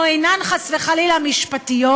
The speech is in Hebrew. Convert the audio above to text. או אינן חס וחלילה משפטיות,